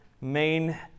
main